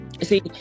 See